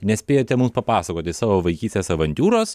nespėjote mums papasakoti savo vaikystės avantiūros